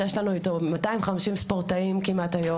יש לנו איתו כמעט 250 ספורטאים היום,